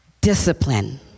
Discipline